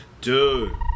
dude